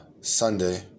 sunday